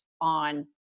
on